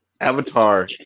Avatar